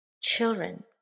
children